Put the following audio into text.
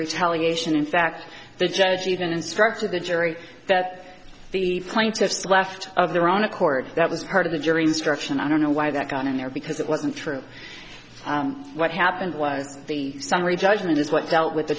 retaliation in fact the judge even instructed the jury that the plaintiffs left of their own accord that was part of the jury instruction i don't know why that got in there because it wasn't true what happened was the summary judgment is what dealt with the